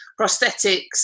prosthetics